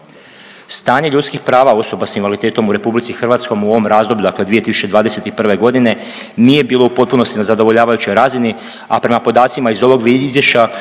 Stanje ljudskih prava osoba s invaliditetom u RH u ovom razdoblju, dakle 2021. g. nije bilo u potpunosti na zadovoljavajućoj razini, a prema podacima iz ovog Izvješća